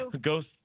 ghost